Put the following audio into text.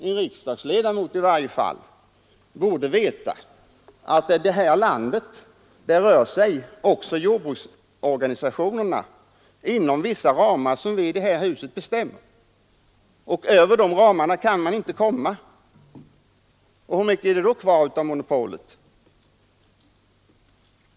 En riksdagsledamot borde i varje fall veta att också jordbruksorganisationerna här i landet rör sig inom bestämda ramar som vi i detta hus har fastställt. Utanför de ramarna kan organisationerna inte komma. Hur mycket är det då kvar av monopolet?